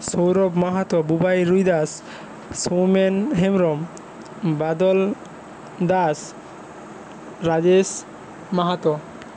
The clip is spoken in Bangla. সৌরভ মাহাতো বুবাই রুই দাস সৌমেন হেমব্রম বাদল দাস রাজেশ মাহাতো